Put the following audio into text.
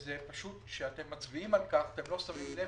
ופשוט כשאתם מצביעים על כך אתם לא שמים לב